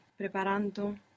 preparando